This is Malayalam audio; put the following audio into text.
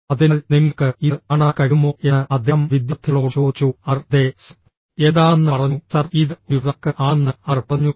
അതിനാൽ നിങ്ങൾക്ക് ഇത് കാണാൻ കഴിയുമോ എന്ന് അദ്ദേഹം വിദ്യാർത്ഥികളോട് ചോദിച്ചു അവർ അതെ സർ എന്താണെന്ന് പറഞ്ഞു സർ ഇത് ഒരു റാക്ക് ആണെന്ന് അവർ പറഞ്ഞു